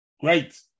Great